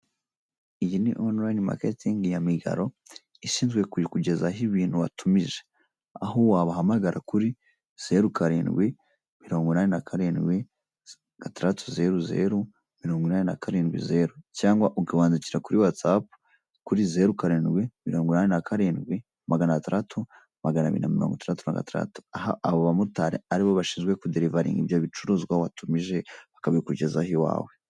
Iyi ni onolini maketingi ya migaro ishinzwe kukugeza ho ibintu watumije aho wabahamagara kuri zeru karindwi mirongo inani na karindwi gataratu zeru zeru mirongo inani nakarindwi zeru cyangwa ugabankira kuri whatsapp kuri zeru karindwi mirongo inani nakarindwi magana atandatu magana biri na mirongo itatandatu aha abo bamotari aribo bashinzwe derivalinga nk'ibyo bicuruzwa watumije akabikurikizaho iwawe